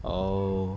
oh